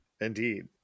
Indeed